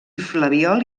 flabiol